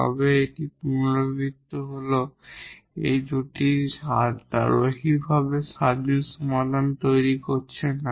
তবে এটি একটি রিপিটেড রুটএই দুটি লিনিয়ারভাবে ইন্ডিপেন্ডেন্ট সমাধান তৈরি করছি না